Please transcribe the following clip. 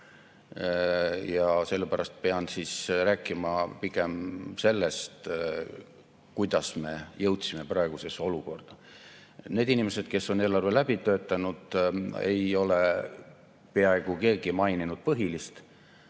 ja sellepärast pean rääkima pigem sellest, kuidas me jõudsime praegusesse olukorda. Neist inimestest, kes on eelarve läbi töötanud, ei ole peaaegu keegi maininud põhilist